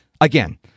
again